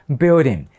building